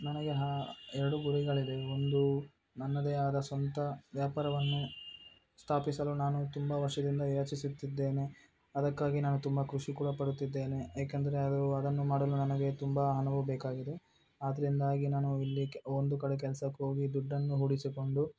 ನನಗೆ ಆ ಎರಡು ಗುರಿಗಳಿದೆ ಒಂದು ನನ್ನದೇ ಆದ ಸ್ವಂತ ವ್ಯಾಪಾರವನ್ನು ಸ್ಥಾಪಿಸಲು ನಾನು ತುಂಬ ವರ್ಷದಿಂದ ಯೋಚಿಸುತ್ತಿದ್ದೇನೆ ಅದಕ್ಕಾಗಿ ನಾನು ತುಂಬ ಖುಷಿ ಕೂಡ ಪಡುತ್ತಿದ್ದೇನೆ ಏಕೆಂದರೆ ಅದು ಅದನ್ನು ಮಾಡಲು ನನಗೆ ತುಂಬ ಹಣವು ಬೇಕಾಗಿದೆ ಆದರಿಂದಾಗಿ ನಾನು ಇಲ್ಲಿ ಒಂದು ಕಡೆ ಕೆಲಸಕ್ಕೋಗಿ ದುಡ್ಡನ್ನು ಹೂಡಿಸಿಕೊಂಡು